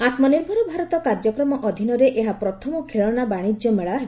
ଆମ୍ନିର୍ଭର ଭାରତ କାର୍ଯ୍ୟକ୍ରମ ଅଧୀନରେ ଏହା ପ୍ରଥମ ଖେଳଣା ବାଣିଜ୍ୟମେଳା ହେବ